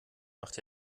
macht